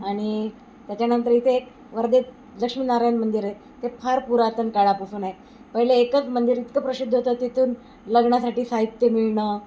आणि त्याच्यानंतर इथे वर्धेत लक्ष्मीनारायण मंदिर आहे ते फार पुरातन काळापासून आहे पहिले एकच मंदिर इतकं प्रसिद्ध होतं तिथून लग्नासाठी साहित्य मिळणं